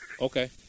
Okay